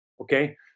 Okay